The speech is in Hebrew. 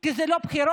כי זה לא בחירות?